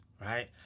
right